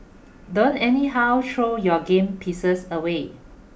don't anyhow throw your game pieces away